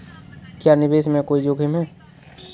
क्या निवेश में कोई जोखिम है?